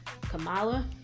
Kamala